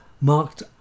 marked